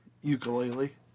ukulele